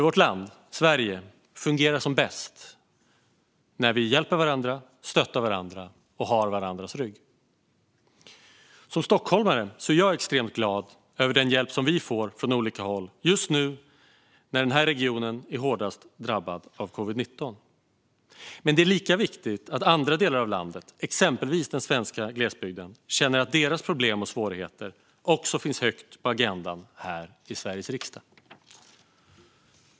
Vårt land, Sverige, fungerar som bäst när vi hjälper och stöttar varandra och har varandras rygg. Som stockholmare är jag extremt glad över den hjälp vi får från olika håll just nu när den här regionen är hårdast drabbad av covid-19. Men det är lika viktigt att andra delar av landet, exempelvis den svenska glesbygden, känner att deras problem och svårigheter också finns högt på agendan här i Sveriges riksdag.